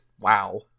wow